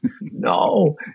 No